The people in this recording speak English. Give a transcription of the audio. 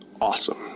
awesome